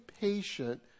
patient